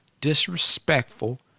disrespectful